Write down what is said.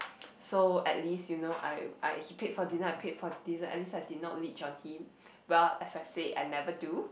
so at least you know I I he paid for dinner I paid for dessert at least I never leech on him well as I said I never do